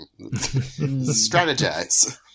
Strategize